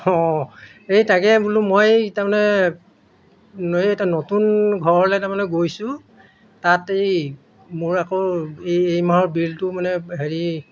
অঁ এই তাকে বোলো মই এই তাৰমানে এই এটা নতুন ঘৰলৈ তাৰমানে গৈছোঁ তাত এই মোৰ আকৌ এই এই মাহৰ বিলটো মানে হেৰি